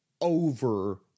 over